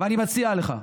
אני מציע לך,